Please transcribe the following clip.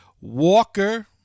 Walker